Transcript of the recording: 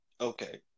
Okay